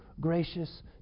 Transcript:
gracious